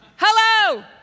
Hello